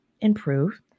Improve